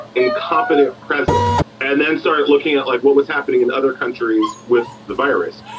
incompetent president and then start looking at like what was happening in other countries with the virus,